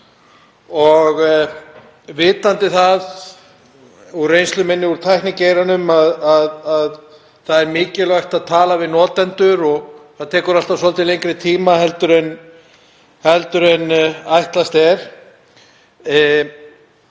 Ég veit það af reynslu minni úr tæknigeirann að það er mikilvægt að tala við notendur og það tekur alltaf svolítið lengri tíma en ætlast er